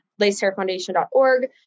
lacehairfoundation.org